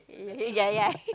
yeah yeah